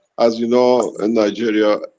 as you know in nigeria.